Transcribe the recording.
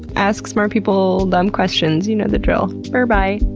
ask smart people dumb questions. you know the drill. berbye!